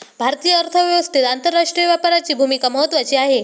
भारतीय अर्थव्यवस्थेत आंतरराष्ट्रीय व्यापाराची भूमिका महत्त्वाची आहे